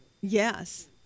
Yes